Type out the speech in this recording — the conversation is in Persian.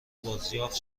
بازیافت